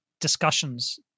discussions